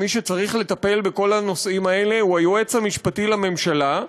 שמי שצריך לטפל בכל הנושאים האלה הוא היועץ המשפטי לממשלה,